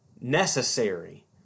necessary